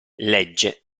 legge